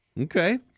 Okay